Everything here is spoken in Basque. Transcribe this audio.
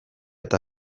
eta